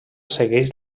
segueix